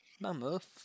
Mammoth